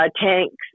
tanks